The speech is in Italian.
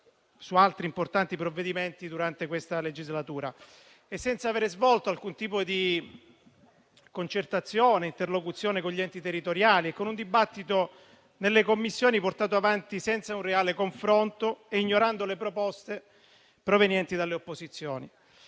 su altri importanti provvedimenti in questa legislatura, senza avere svolto alcun tipo di concertazione e di interlocuzione con gli enti territoriali e con un dibattito nelle Commissioni portato avanti senza un reale confronto e ignorando le proposte provenienti dalle opposizioni.